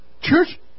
Church